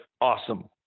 awesome